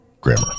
grammar